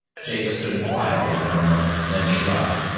jake stood quietly for a moment, then shrugged.